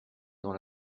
dans